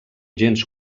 gens